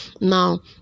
Now